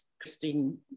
Christine